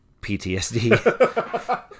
PTSD